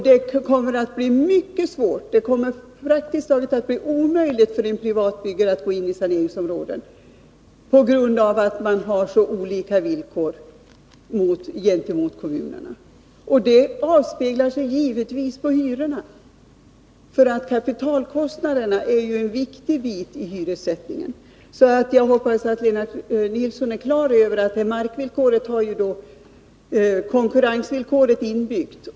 Det kommer att bli mycket svårt, praktiskt taget omöjligt, för en privat byggare att gå in i saneringsområden på grund av att man har så olika villkor jämfört med kommunerna. Det avspeglar sig givetvis i hyrorna, för kapitalkostnaderna är ju en viktig bit i hyressättningen. Jag hoppas att Lennart Nilsson är på det klara med att markvillkoret har konkurrensvillkoret inbyggt.